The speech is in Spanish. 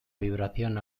vibración